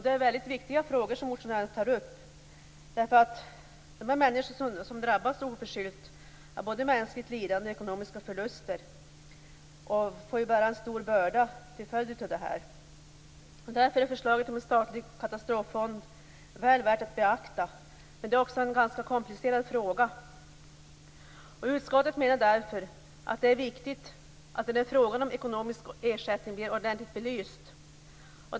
Det är väldigt viktiga frågor som motionärerna tar upp, därför att de människor som oförskyllt drabbas av både mänskligt lidande och ekonomiska förluster får ju bära en stor börda till följd av katastroferna. Därför är förslaget om en statlig katastroffond väl värt att beakta. Detta är ju en ganska komplicerad fråga. Utskottet menar att det är viktigt att frågan om ekonomisk ersättning blir ordentligt belyst.